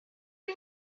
die